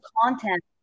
content